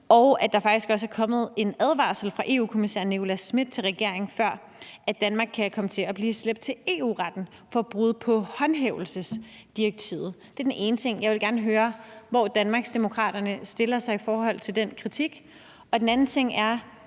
Og der er faktisk også er kommet en advarsel fra EU-kommissær Nicolas Schmit til regeringen om, at Danmark kan blive slæbt for EU-Domstolen for brud på håndhævelsesdirektivet. Det er den ene ting. Jeg vil gerne høre, hvor Danmarksdemokraterne stiller sig i forhold til den kritik. Den anden ting er,